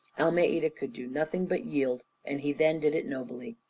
almeida could do nothing but yield, and he then did it nobly.